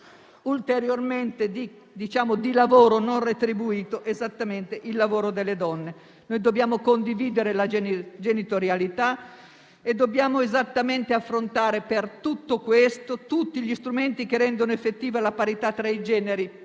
ulteriormente di lavoro non retribuito il lavoro delle donne. Dobbiamo condividere la genitorialità e dobbiamo affrontare, per tutto questo, tutti gli strumenti che rendono effettiva la parità tra i generi